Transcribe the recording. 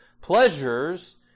pleasures